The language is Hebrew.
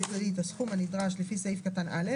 כללי את סכום התשלום הנדרש לפי סעיף קטן (א),